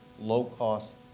low-cost